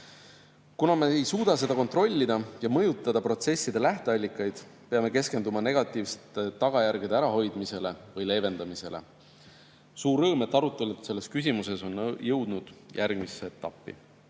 Kuna me ei suuda seda kontrollida ja mõjutada protsesside lähteallikaid, peame keskenduma negatiivsete tagajärgede ärahoidmisele või leevendamisele. Suur rõõm, et arutelud selles küsimuses on jõudnud järgmisse etappi.